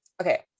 okay